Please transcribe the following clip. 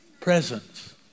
presence